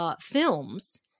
films